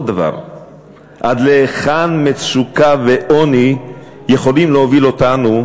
דבר עד להיכן מצוקה ועוני יכולים להוביל אותנו,